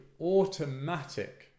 automatic